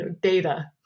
data